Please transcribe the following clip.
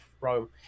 Rome